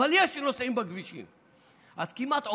אבל יש נוסעים בכבישים עד כמעט עומסים.